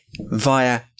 via